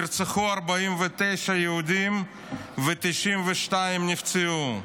נרצחו 49 יהודים ו-92 נפצעו.